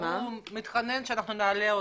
בקצרה בתוספת לדברים שכבר נאמרו.